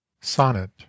Sonnet